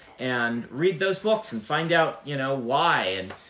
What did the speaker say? and read those books and find out you know why. and